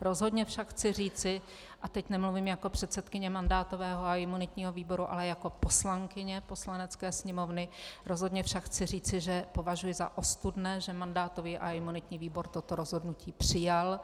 Rozhodně však chci říci, a teď nemluvím jako předsedkyně mandátového a imunitního výboru, ale jako poslankyně Poslanecké sněmovny, že považuji za ostudné, že mandátový a imunitní výbor toto rozhodnutí přijal.